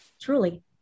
Truly